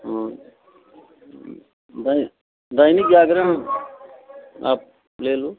हाँ दै दैनिक जागरण आप ले लो